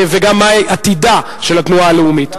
וגם מה עתידה של התנועה הלאומית.